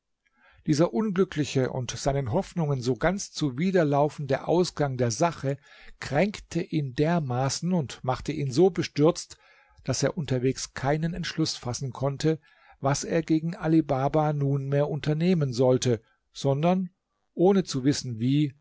dieser unglückliche und seinen hoffnungen so ganz zuwiderlaufende ausgang der sache kränkte ihn dermaßen und machte ihn so bestürzt daß er unterwegs keinen entschluß fassen konnte was er gegen ali baba nunmehr unternehmen sollte sondern ohne zu wissen wie